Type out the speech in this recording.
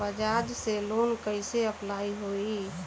बजाज से लोन कईसे अप्लाई होई?